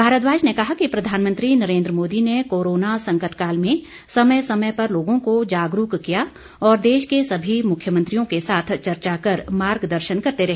भारद्वाज ने कहा कि प्रधानमंत्री नरेन्द्र मोदी ने कोरोना संकट काल में समय समय पर लोगों को जागरूक किया और देश के सभी मुख्यमंत्रियों के साथ चर्चा कर मार्गदर्शन करते रहे